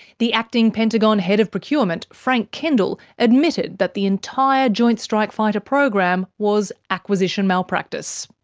the acting pentagon head of procurement, frank kendall, admitted that the entire joint strike fighter program was acquisition malpractice.